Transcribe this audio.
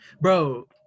Bro